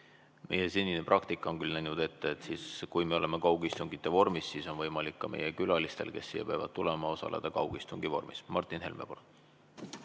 Meie senine praktika on küll näinud ette, et kui me töötame kaugistungite vormis, siis on võimalik ka meie külalistel, kes siia peavad tulema, osaleda kaugistungi vormis. Martin Helme,